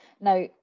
Now